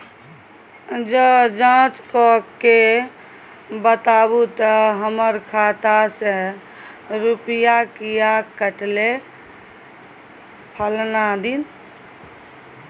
ज जॉंच कअ के बताबू त हमर खाता से रुपिया किये कटले फलना दिन?